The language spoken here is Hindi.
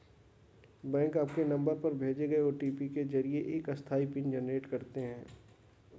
बैंक आपके नंबर पर भेजे गए ओ.टी.पी के जरिए एक अस्थायी पिन जनरेट करते हैं